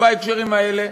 בהקשרים האלה,